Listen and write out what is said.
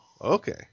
okay